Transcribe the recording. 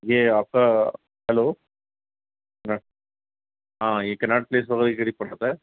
یہ آپ کا ہیلو ہاں ہاں یہ کناٹ پلیس وغیرہ قریب پڑتا ہے